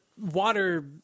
water